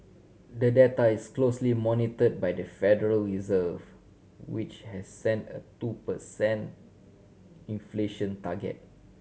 the data is closely monitor by the Federal Reserve which has set a two per cent inflation target